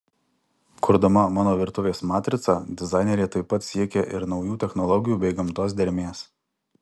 kurdama mano virtuvės matricą dizainerė taip pat siekė ir naujų technologijų bei gamtos dermės